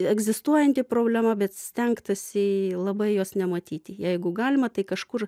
egzistuojanti problema bet stengtasi labai jos nematyti jeigu galima tai kažkur